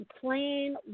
plain